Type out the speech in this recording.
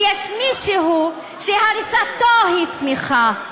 ויש מישהו שהריסתה היא צמיחה.